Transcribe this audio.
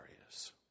areas